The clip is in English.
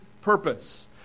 purpose